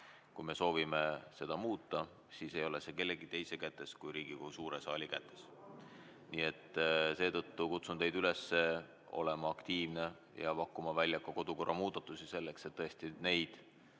Kui me soovime seda muuta, siis ei ole see kellegi teise kätes kui Riigikogu suure saali kätes. Nii et seetõttu kutsun teid üles olema aktiivne ja pakkuma välja kodukorra muudatusi, et tõesti neid